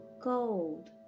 Gold